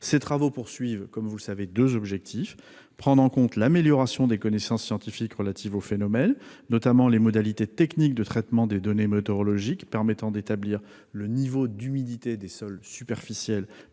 Ces travaux visent deux objectifs : d'abord, prendre en compte l'amélioration des connaissances scientifiques relatives au phénomène, notamment les modalités techniques de traitement des données météorologiques permettant d'établir le niveau d'humidité des sols superficiels